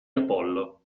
apollo